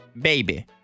baby